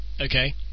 Okay